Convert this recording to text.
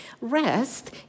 rest